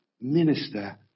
minister